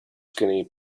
skinny